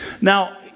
Now